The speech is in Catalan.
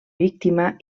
víctima